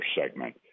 segment